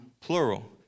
plural